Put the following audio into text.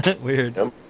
Weird